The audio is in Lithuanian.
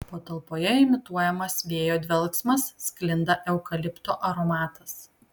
patalpoje imituojamas vėjo dvelksmas sklinda eukalipto aromatas